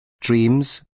dreams